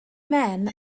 men